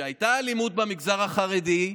כשהייתה אלימות במגזר החרדי,